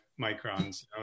microns